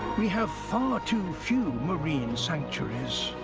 we have far too few marine sanctuaries,